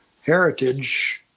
heritage